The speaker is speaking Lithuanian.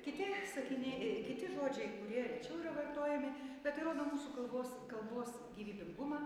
kiti sakiniai kiti žodžiai kurie rečiau yra vartojami bet tai rodo mūsų kalbos kalbos gyvybingumą